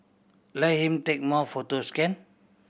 let him take more photos can